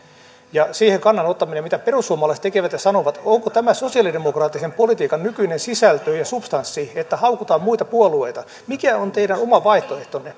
ja siihen kannan ottamisen mitä perussuomalaiset tekevät ja sanovat onko tämä sosialidemokraattisen politiikan nykyinen sisältö ja subs tanssi että haukutaan muita puolueita mikä on teidän oma vaihtoehtonne